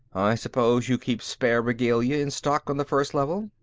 i suppose you keep spare regalia in stock on the first level?